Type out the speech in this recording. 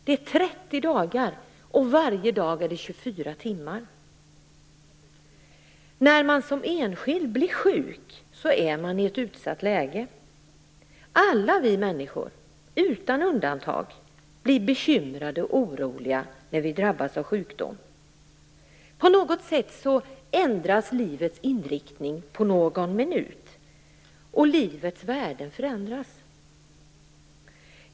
Det är 30 dagar, och varje dag är det När man som enskild blir sjuk är man i ett utsatt läge. Alla vi människor, utan undantag, blir bekymrade och oroliga när vi drabbas av sjukdom. På något sätt ändras livets inriktning på någon minut, och livets värden förändras.